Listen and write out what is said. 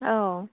औ